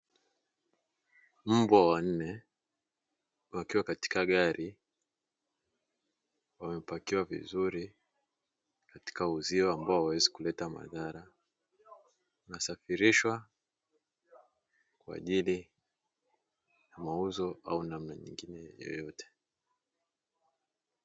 Mbwa wanne wakiwa katika gari, wamepakiwa vizuri katika uzio ambao hauwezi kuleta madhara. Wanasafirishwa kwa ajili ya mauzo au namna nyingine yoyote.